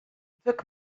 took